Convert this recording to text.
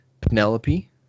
Penelope